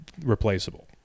replaceable